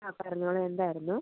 ആ പറഞ്ഞോളൂ എന്തായിരുന്നു